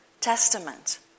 Testament